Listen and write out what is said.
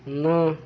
ନା